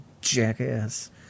jackass